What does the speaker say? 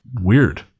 Weird